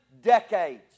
decades